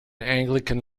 anglican